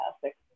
fantastic